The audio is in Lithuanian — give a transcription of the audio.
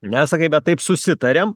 ne sakai bet taip susitarėm